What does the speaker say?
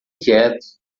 quieto